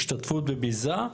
השתתפות בביזה,